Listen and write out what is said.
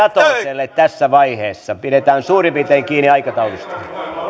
satoselle tässä vaiheessa pidetään suurin piirtein kiinni aikataulusta